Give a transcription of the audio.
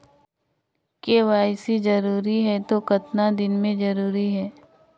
KYC जरूरी हे तो कतना दिन मे जरूरी है?